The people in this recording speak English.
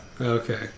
okay